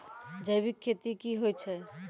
जैविक खेती की होय छै?